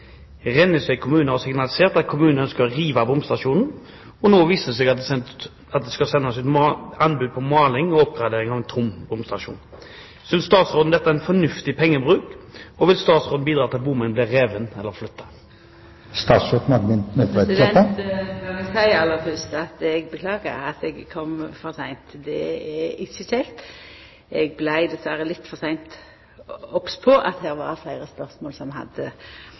Rennesøy kommune har signalisert at kommunen ønsker å rive bomstasjonen. Nå viser det seg at det er sendt ut anbud på maling og oppgradering av en tom bomstasjon. Synes statsråden dette er fornuftig pengebruk, og vil statsråden bidra til at bommen blir revet eller flyttet?» Lat meg aller fyrst seia at eg beklagar at eg kom for seint. Det er ikkje kjekt. Eg vart dessverre litt for seint obs på at det var fleire spørsmål som hadde